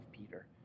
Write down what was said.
Peter